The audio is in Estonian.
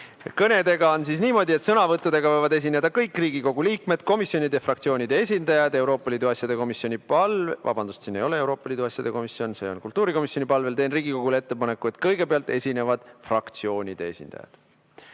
Kõnedega on niimoodi, et sõnavõtuga võivad esineda kõik Riigikogu liikmed, komisjonide ja fraktsioonide esindajad. Euroopa Liidu asjade komisjoni palvel ... Vabandust! Siin ei ole Euroopa Liidu asjade komisjon. Kultuurikomisjoni palvel teen Riigikogule ettepaneku, et kõigepealt esinevad fraktsioonide esindajad.